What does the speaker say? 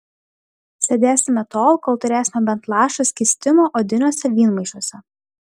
sėdėsime tol kol turėsime bent lašą skystimo odiniuose vynmaišiuose